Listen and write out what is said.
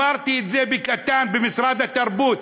אמרתי את זה בקטן במשרד התרבות,